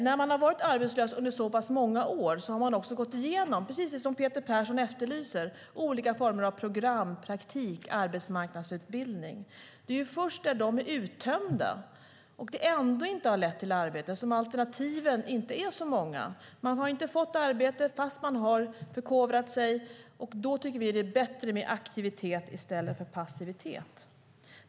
När man har varit arbetslös under så pass många år har man också gått igenom precis det som Peter Persson efterlyser, alltså olika former av program, praktik och arbetsmarknadsutbildning. Det är först när de möjligheterna är uttömda och det ändå inte har lett till arbete som alternativen inte är så många. Man har inte fått arbete fastän man har förkovrat sig. Då tycker vi att det är bättre med aktivitet i stället för passivitet.